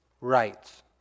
Rights